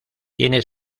tiene